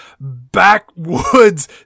backwoods